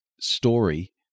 story